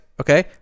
okay